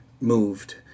moved